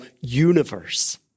universe